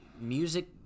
music